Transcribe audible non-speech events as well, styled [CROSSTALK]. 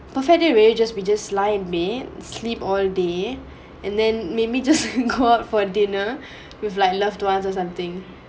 perfectly really just we just lie in bed sleep all day and then maybe [LAUGHS] just go out for dinner with like loved ones or something